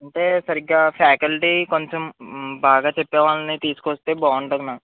అంటే సరిగ్గా ఫ్యాకల్టీ కొంచం బాగా చెప్పేవాళ్ళని తీసుకొస్తే బాగుంటది మ్యాడమ్